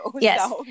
Yes